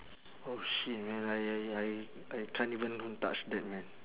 oh shit man I I I I can't even don't touch that man